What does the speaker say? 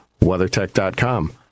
WeatherTech.com